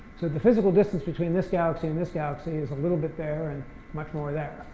so the physical distance between this galaxy and this galaxy is a little bit there and much more there.